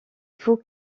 faut